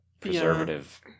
preservative